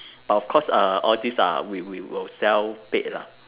but of course uh all these are we we will self paid lah